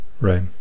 Right